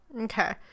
okay